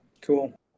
cool